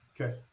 okay